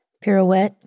Pirouette